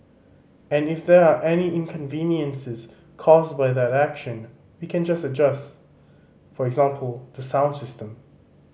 and if there are any inconveniences caused by that action we can just adjust for example the sound system